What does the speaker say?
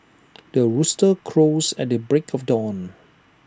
the rooster crows at the break of dawn